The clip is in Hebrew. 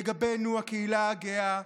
לגבינו, הקהילה הגאה,